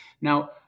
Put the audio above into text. Now